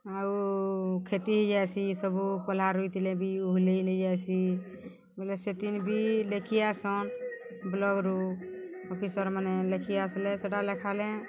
ଆଉ କ୍ଷତି ହେଇଯାଏସି ସବୁ ପୋଲା ରୁଇଥିଲେ ବି ଉହଲେଇନେଇ ଯାଏସି ବଏଲେ ସେତି ବି ଲେଖିଆଏସନ୍ ବ୍ଲକ୍ରୁ ଅଫିସର୍ମାନେ ଲେଖିଆସ୍ଲେ ସେଟା ଲେଖାଲେ